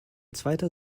zweiter